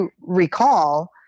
recall